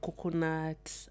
coconut